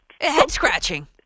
Head-scratching